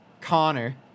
Connor